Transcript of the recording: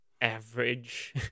average